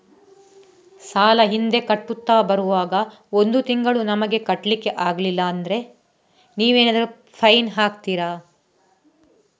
ಸಾಲ ಹಿಂದೆ ಕಟ್ಟುತ್ತಾ ಬರುವಾಗ ಒಂದು ತಿಂಗಳು ನಮಗೆ ಕಟ್ಲಿಕ್ಕೆ ಅಗ್ಲಿಲ್ಲಾದ್ರೆ ನೀವೇನಾದರೂ ಫೈನ್ ಹಾಕ್ತೀರಾ?